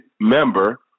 member